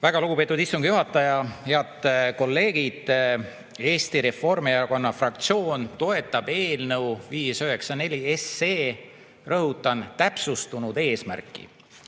Väga lugupeetud istungi juhataja! Head kolleegid! Eesti Reformierakonna fraktsioon toetab eelnõu 594, rõhutan, täpsustunud eesmärki.